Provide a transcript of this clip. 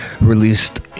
released